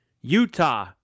Utah